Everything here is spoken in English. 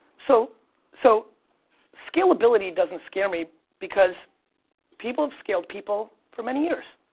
so so scalability doesn't scare me because people have scaled people for many years,